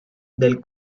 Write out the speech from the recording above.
del